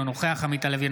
אינו נוכח עמית הלוי,